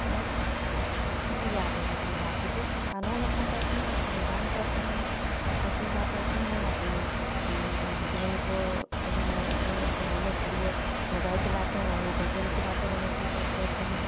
بس بس یا پھر اپنی لا کی بک قانون اپنا پڑھتے ہیں سنویدھان پڑھتے ہیں مسلم لا پڑھتے ہیں اپنے دین کو جاننے کے لیے موبائل چلاتے ہیں موبائل میں اپنے دین کی باتیں بہت سی دیکھ لیتے ہیں